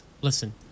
listen